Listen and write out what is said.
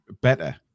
better